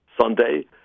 Sunday